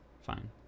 Fine